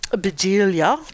Bedelia